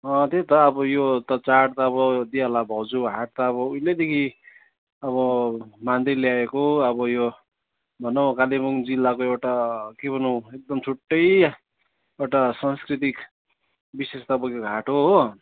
अँ त्यही त अब यो त चाड त अब दिइ हाल भाउजू हाट अब उहिलेदेखि अब मान्दै ल्याएको अब यो भनौँ कालेबुङ जिल्लाको एउटा के भनौँ एकदम छुट्टै एउटा संस्कृतिक विशेषता बोकेको हाट हो